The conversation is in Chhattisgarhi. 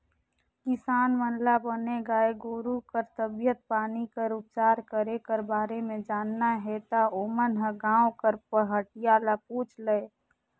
किसान मन ल बने गाय गोरु कर तबीयत पानी कर उपचार करे कर बारे म जानना हे ता ओमन ह गांव कर पहाटिया ल पूछ लय